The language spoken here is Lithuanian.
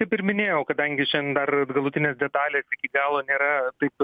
kaip ir minėjau kadangi šian dar galutinės detalės iki galo nėra taip